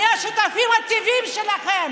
מהשותפים הטבעיים שלכם,